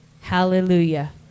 Hallelujah